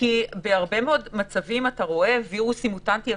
כי בהרבה מאוד מצבים אתה רואה וירוס מוטנטי.